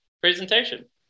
presentation